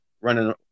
running